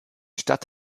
stadt